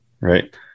Right